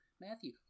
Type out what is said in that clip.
Matthew